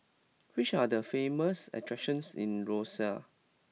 which are the famous attractions in Roseau